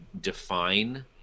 define